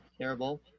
terrible